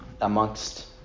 amongst